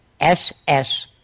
SS